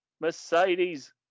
Mercedes